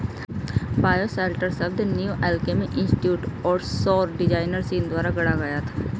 bioshelter शब्द New Alchemy Institute और सौर डिजाइनर सीन द्वारा गढ़ा गया था